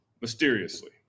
mysteriously